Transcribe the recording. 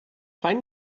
find